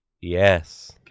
Yes